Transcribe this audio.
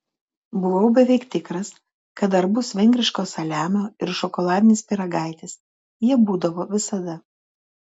buvau beveik tikras kad dar bus vengriško saliamio ir šokoladinis pyragaitis jie būdavo visada